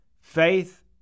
faith